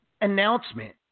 announcement